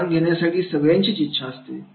हे जाणून घेण्याची सगळ्यांचीच इच्छा असते